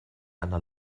einer